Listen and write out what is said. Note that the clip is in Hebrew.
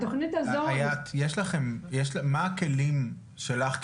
מה הכלים שלך,